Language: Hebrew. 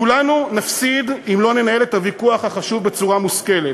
כולנו נפסיד אם לא ננהל את הוויכוח החשוב בצורה מושכלת.